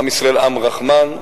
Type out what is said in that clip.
עם ישראל עם רחמן,